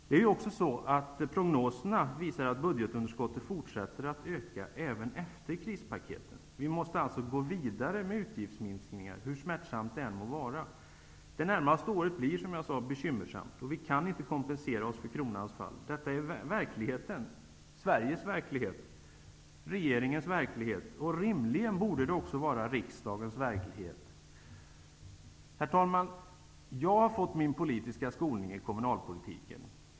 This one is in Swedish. Dessutom visar prognoserna att budgetunderskottet fortsätter att öka även efter krispaketen. Vi måste alltså gå vidare med utgiftsminskningar, hur smärtsamt det än må vara. Det närmaste året blir, som jag sade, bekymmersamt, och vi kan inte kompensera oss för kronans fall. Detta är verkligheten -- Sveriges verklighet, regeringens verklighet, och det borde rimligen vara också riksdagens verklighet. Herr talman! Jag har fått min politiska skolning i kommunalpolitiken.